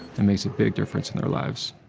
it makes a big difference in their lives.